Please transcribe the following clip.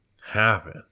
happen